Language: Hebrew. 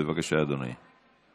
בבקשה, אדוני.